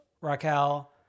Raquel